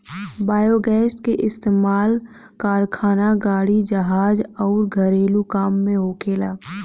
biogas के इस्तमाल कारखाना, गाड़ी, जहाज अउर घरेलु काम में होखेला